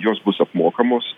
jos bus apmokamos